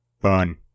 Fun